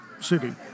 City